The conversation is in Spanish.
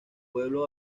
pueblo